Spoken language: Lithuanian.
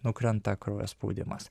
nukrenta kraujo spaudimas